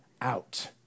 out